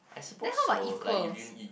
then how about equals